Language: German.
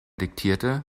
diktierte